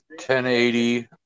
1080